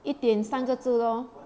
一点三个字咯